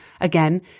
Again